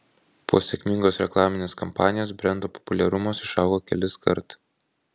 po sėkmingos reklaminės kampanijos brendo populiarumas išaugo keliskart